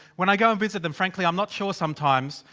when i go and visit them, frankly i'm not sure sometimes.